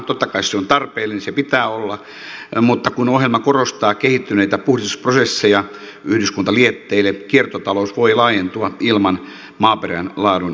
totta kai se on tarpeellinen se pitää olla mutta kun ohjelma korostaa kehittyneitä puhdistusprosesseja yhdyskuntalietteille kiertotalous voi laajentua ilman maaperän laadun heikentymistä